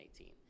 2018